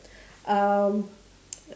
um